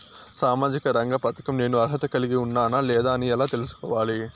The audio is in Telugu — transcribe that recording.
సామాజిక రంగ పథకం నేను అర్హత కలిగి ఉన్నానా లేదా అని ఎలా తెల్సుకోవాలి?